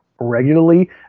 regularly